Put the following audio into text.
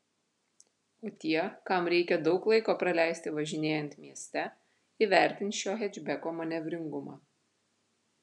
o tie kam reikia daug laiko praleisti važinėjant mieste įvertins šio hečbeko manevringumą